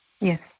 Yes